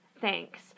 thanks